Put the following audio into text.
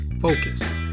Focus